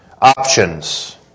options